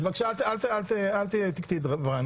אל תקטעי את דבריי.